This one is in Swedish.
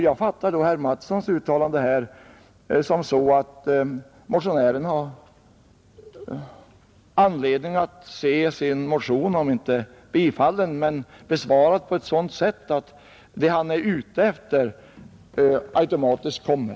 Jag fattar herr Mattssons uttalande här så, att motionären har anledning att anse sin motion om inte bifallen så dock besvarad på sådant sätt, att det han är ute efter automatiskt kommer.